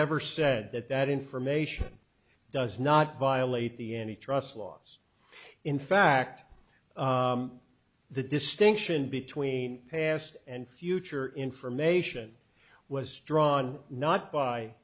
ever said that that information does not violate the any trust laws in fact the distinction between past and future information was drawn not by